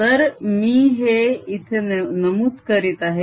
तर मी हे इथे नमूद करीत आहे